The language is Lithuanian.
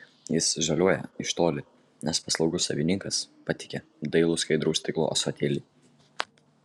jis žaliuoja iš toli nes paslaugus savininkas patiekia dailų skaidraus stiklo ąsotėlį